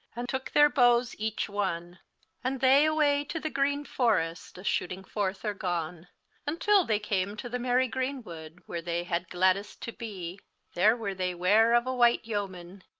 and tooke theyr bowes each one and they away to the greene forrest a shooting forth are gone untill they came to the merry greenwood, where they had gladdest to bee there were they ware of a wight yeoman,